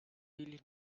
really